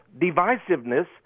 divisiveness